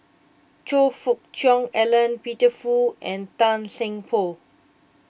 Choe Fook Cheong Alan Peter Fu and Tan Seng Poh